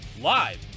live